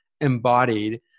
embodied